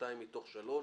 שנתיים מתוך שלוש.